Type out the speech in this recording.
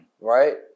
right